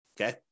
okay